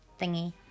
thingy